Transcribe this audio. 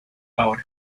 ahora